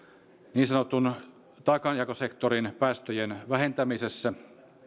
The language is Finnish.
niin sanotun taakanjakosektorin päästöjen vähentämisessä